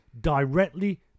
directly